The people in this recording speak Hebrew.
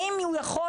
האם הוא יכול